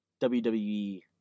WWE